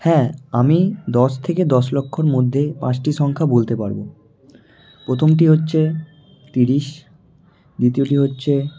হ্যাঁ আমি দশ থেকে দশ লক্ষর মধ্যে পাঁচটি সংখ্যা বলতে পারবো প্রথমটি হচ্ছে তিরিশ দ্বিতীয়টি হচ্ছে